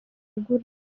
agura